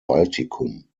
baltikum